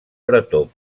pretor